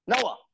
Noah